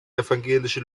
evangelisch